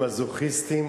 המזוכיסטים,